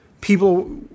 People